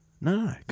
No